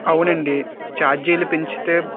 అవునండి చార్జీలు పెంచితే